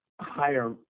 higher